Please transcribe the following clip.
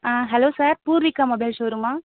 ah hello sir Poorvika mobile ஷோரூம்மா